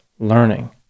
learning